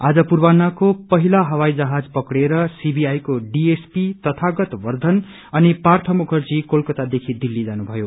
आज पूर्वान्नको पहिलो हवाईजहाज पक्रेर सीबीआई को डीएसपी तथागत वर्षन अनि पार्थ मुखज्री कोलकातदेखि दिल्ली जानुभयो